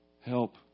Help